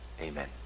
amen